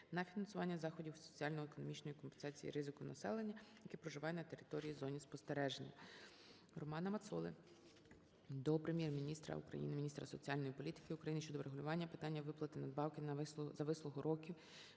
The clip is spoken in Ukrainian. на фінансування заходів соціально-економічної компенсації ризику населення, яке проживає на території зони спостереження. РоманаМацоли до Прем'єр-міністра України, міністра соціальної політики України щодо врегулювання питання виплати надбавки за вислугу років